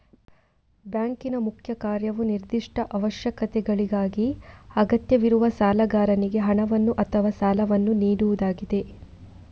ಬ್ಯಾಂಕಿನ ಮುಖ್ಯ ಕಾರ್ಯವು ನಿರ್ದಿಷ್ಟ ಅವಶ್ಯಕತೆಗಳಿಗಾಗಿ ಅಗತ್ಯವಿರುವ ಸಾಲಗಾರನಿಗೆ ಹಣವನ್ನು ಅಥವಾ ಸಾಲವನ್ನು ನೀಡುವುದಾಗಿದೆ